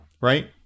right